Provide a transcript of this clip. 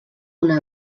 una